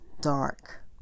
dark